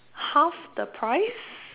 half the price